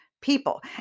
people